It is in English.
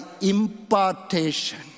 impartation